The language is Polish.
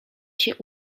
się